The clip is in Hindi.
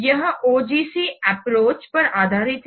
यह OGC एप्रोच पर आधारित है